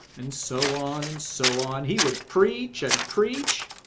and so on and so on he would preach and preach